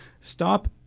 stop